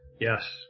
Yes